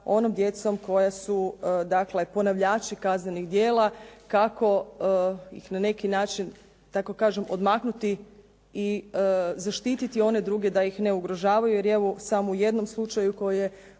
onom djecom koja su ponavljači kaznenih djela. Kako ih na neki način da tako kažem odmaknuti i zaštiti one druge da ih ne ugrožavaju, jer je evo u samo jednom slučaju koje